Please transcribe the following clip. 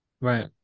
Right